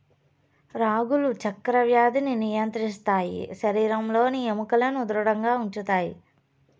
రాగులు చక్కర వ్యాధిని నియంత్రిస్తాయి శరీరంలోని ఎముకలను ధృడంగా ఉంచుతాయి